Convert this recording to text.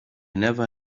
never